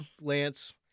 Lance